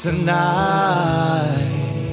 Tonight